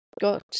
got